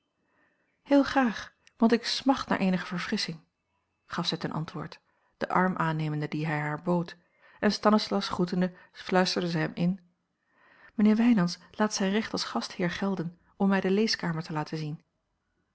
heel graag want ik smacht naar eenige verfrissching gaf zij ten antwoord den arm aannemende dien hij haar bood en stanislaus groetende fluisterde zij hem in mijnheer wijnands laat zijn recht als gastheer gelden om mij de leeskamer te laten zien